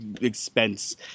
expense